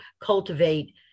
cultivate